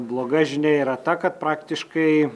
bloga žinia yra ta kad praktiškai